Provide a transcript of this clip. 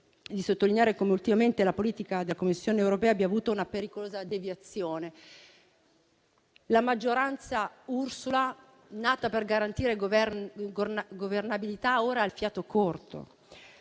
La maggioranza Ursula, nata per garantire governabilità, ora ha il fiato corto.